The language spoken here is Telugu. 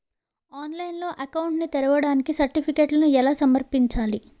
ఆన్లైన్లో అకౌంట్ ని తెరవడానికి సర్టిఫికెట్లను ఎలా సమర్పించాలి?